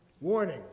Warning